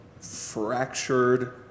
fractured